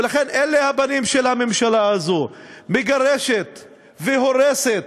ולכן, אלה הפנים של הממשלה הזאת, מגרשת והורסת